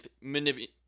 manipulate